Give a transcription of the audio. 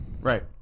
Right